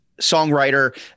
songwriter